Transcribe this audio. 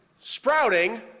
Sprouting